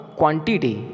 quantity